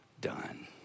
done